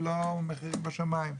ולא מחירים בשמיים.